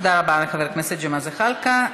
תודה רבה לחבר הכנסת ג'מאל זחאלקה.